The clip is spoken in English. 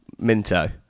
Minto